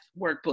workbook